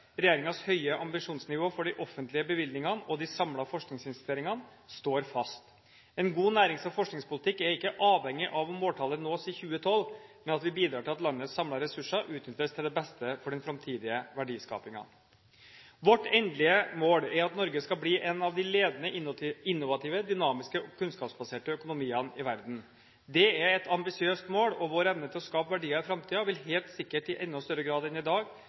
høye ambisjonsnivå for de offentlige bevilgningene og de samlede forskningsinvesteringene står fast. En god nærings- og forskningspolitikk er ikke avhengig av om måltallet nås i 2012, men at vi bidrar til at landets samlede ressurser utnyttes til det beste for den framtidige verdiskapingen. Vårt endelige mål er at Norge skal bli en av de ledende, innovative, dynamiske og kunnskapsbaserte økonomiene i verden. Det er et ambisiøst mål. Vår evne til å skape verdier i framtiden vil helt sikkert i enda større grad enn i dag